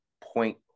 point